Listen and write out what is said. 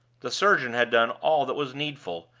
the surgeon had done all that was needful,